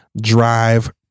drive